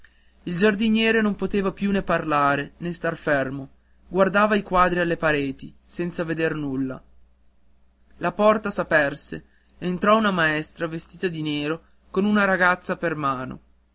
il giardiniere non poteva più né parlare né star fermo guardava i quadri alle pareti senza veder nulla la porta s'aperse entrò una maestra vestita di nero con una ragazza per mano